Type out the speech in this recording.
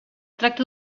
tracta